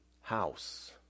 house